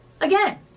Again